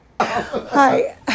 Hi